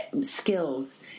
skills